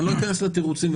ואני לא אכנס לתירוצים,